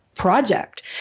Project